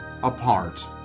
apart